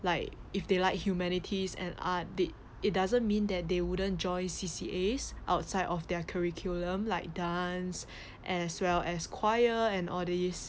like if they like humanities and art did it doesn't mean that they wouldn't join C_C_As outside of their curriculum like dance as well as choir and all these